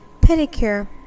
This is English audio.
pedicure